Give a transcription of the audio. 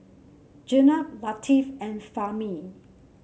Jenab Latif and Fahmi